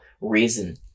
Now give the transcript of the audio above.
reason